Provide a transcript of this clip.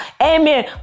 Amen